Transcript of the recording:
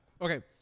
Okay